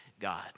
God